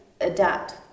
adapt